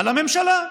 על הממשלה.